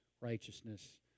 righteousness